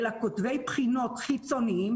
אלא כותבי בחינות חיצוניים